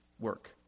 work